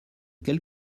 quelle